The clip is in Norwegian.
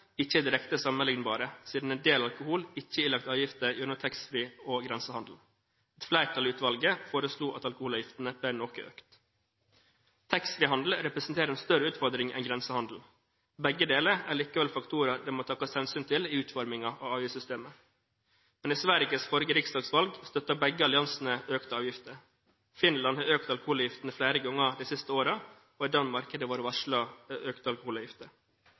ikke er direkte sammenlignbare, siden en del alkohol ikke er ilagt avgifter gjennom taxfree- og grensehandel. Et flertall i utvalget foreslo at alkoholavgiftene ble noe økt. Taxfree-handel representerer en større utfordring enn grensehandel. Begge deler er likevel faktorer det må tas hensyn til i utformingen av avgiftssystemet. Men i Sveriges forrige riksdagsvalg støttet begge alliansene økte avgifter. Finland har økt alkoholavgiftene flere ganger de siste årene, og i Danmark har det vært varslet økte alkoholavgifter.